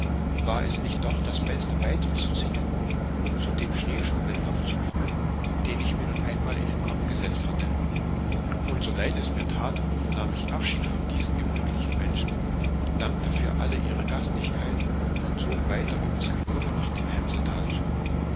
war es nicht doch das beste weiterzuziehen um zu dem schneeschuhwettlauf zu kommen den ich mir nun einmal in den kopf gesetzt hatte und so leid es mir tat nahm ich abschied von diesen gemütlichen menschen dankte für all ihre gastlichkeit und zog weiter übers gebirge nach dem hemsetal zu